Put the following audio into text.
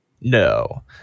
No